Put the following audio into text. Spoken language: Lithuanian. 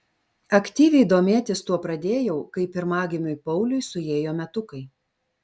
aktyviai domėtis tuo pradėjau kai pirmagimiui pauliui suėjo metukai